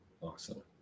Awesome